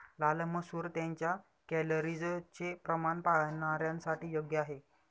लाल मसूर त्यांच्या कॅलरीजचे प्रमाण पाहणाऱ्यांसाठी योग्य आहे